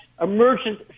emergent